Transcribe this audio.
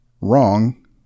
wrong